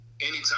anytime